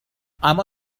اما